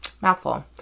mouthful